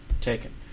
taken